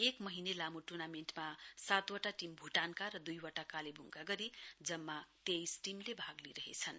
एक महिने लामा ट्र्नामेण्टमा सातवाट टीम भ्टानका र द्ईवटा कालेब्डका गरी जम्मा तेइस तीमले भाग लिइरहेछन्